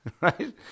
Right